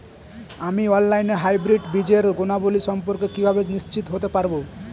আমি অনলাইনে হাইব্রিড বীজের গুণাবলী সম্পর্কে কিভাবে নিশ্চিত হতে পারব?